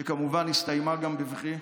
שכמובן הסתיימה גם בבכי.